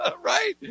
Right